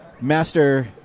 Master